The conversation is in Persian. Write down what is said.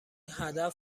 هدف